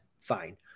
fine